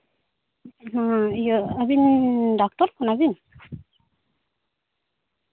ᱦᱳᱭ ᱤᱭᱟᱹ ᱟᱹᱵᱤᱱ ᱰᱟᱠᱛᱟᱨ ᱠᱟᱱᱟ ᱵᱤᱱ